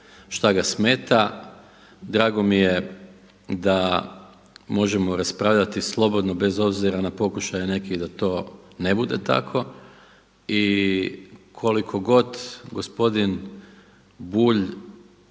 šta ga smeta drago mi je da možemo raspravljati slobodno bez obzira na pokušaje nekih da to ne bude tako i koliko god gospodin Bulj,